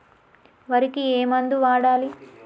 వరికి ఏ మందు వాడాలి?